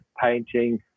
painting